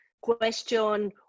question